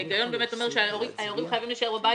ההיגיון אומר שההורים חייבים להישאר בבית